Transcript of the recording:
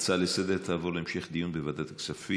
ההצעה לסדר-היום תעבור להמשך דיון בוועדת הכספים.